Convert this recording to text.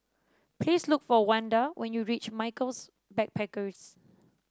please look for Wanda when you reach Michaels Backpackers